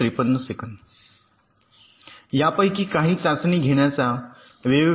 तर 2 एन संभाव्य input 2 S संभाव्य राज्यांसह याचा परिणाम 2 एन एस च्या जटिलतेमध्ये होतो